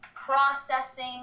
processing